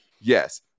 Yes